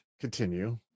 Continue